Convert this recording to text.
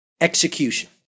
execution